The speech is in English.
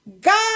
God